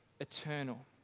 eternal